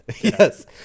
Yes